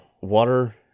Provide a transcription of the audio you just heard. water